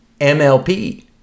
MLP